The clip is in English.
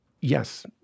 Yes